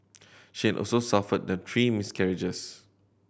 she had also suffered the three miscarriages